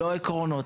לא עקרונות.